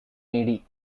needy